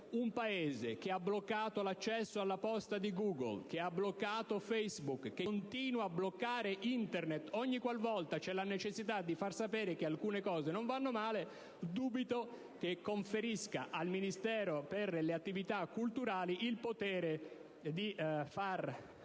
Un Paese che ha bloccato l'accesso alla posta di Google, che ha bloccato Facebook, che continua a bloccare Internet ogni volta che c'è la necessità di non far sapere che alcune cose vanno male, dubito che conferisca al Ministero per le attività culturali il potere di coprodurre